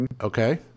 Okay